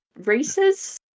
races